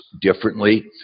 differently